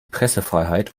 pressefreiheit